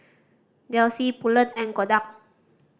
Delsey Poulet and Kodak